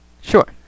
Sure